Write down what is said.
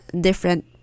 different